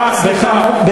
אה, סליחה.